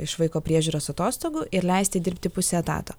iš vaiko priežiūros atostogų ir leisti dirbti puse etato